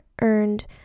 earned